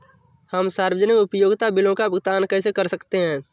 हम सार्वजनिक उपयोगिता बिलों का भुगतान कैसे कर सकते हैं?